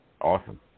Awesome